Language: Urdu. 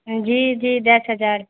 جی جی دس ہزار